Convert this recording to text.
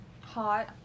Hot